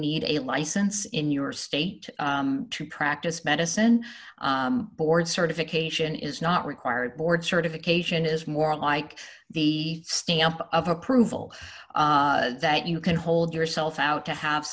need a license in your state to practice medicine board certification is not required board certification is more like the stamp of approval that you can hold yourself out to have